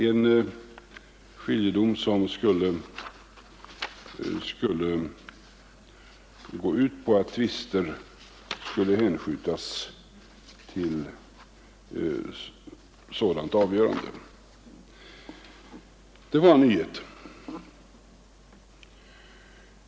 Förslaget gick ut på att tvister skulle hänskjutas till avgörande av sådan skiljedom. Det var en nyhet.